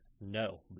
No